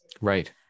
right